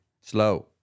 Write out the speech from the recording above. Slow